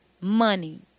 Money